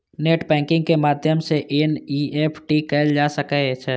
net banking के माध्यम सं एन.ई.एफ.टी कैल जा सकै छै